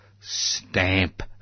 stamp